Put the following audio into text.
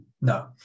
No